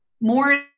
more